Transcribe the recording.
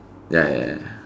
ya ya ya